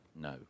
no